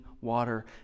water